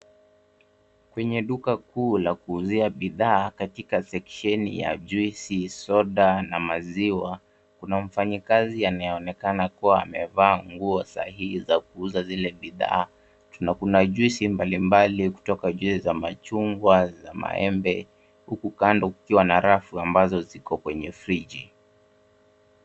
Kwenye duka kuu la kuuzia bidhaa katika section ya juisi , soda na masiwa. Kuna mfanyi kazi ameonekana kuwa amevaa nguo sahihi ya kuuza zile bidhaa na kuna juisi mbali mbali kutoka juisi za majungwa za maembe huku kando kukiwa na rafu ambazo ziko kwenye freji.